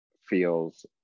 feels